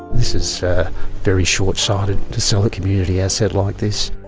this is very short-sighted, to sell a community asset like this.